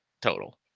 total